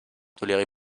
toléré